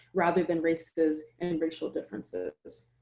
rather than races, and racial differences,